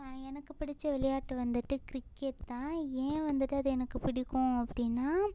எனக்கு பிடிச்ச விளையாட்டு வந்துட்டு கிரிக்கெட் தான் ஏன் வந்துட்டு அது எனக்கு பிடிக்கும் அப்படினா